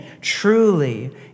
truly